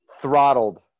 throttled